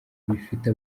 bifite